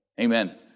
Amen